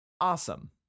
Awesome